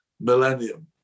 millennium